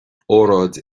óráid